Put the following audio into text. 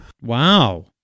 wow